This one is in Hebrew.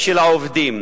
של העובדים.